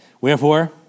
Wherefore